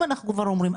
אם אנחנו כבר אומרים,